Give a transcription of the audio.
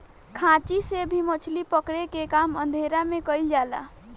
खांची से भी मछली पकड़े के काम अंधेरा में कईल जाला